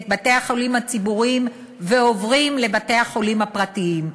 את בתי-החולים הציבוריים ועוברים לבתי-החולים הפרטיים.